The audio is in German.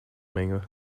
menge